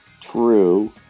True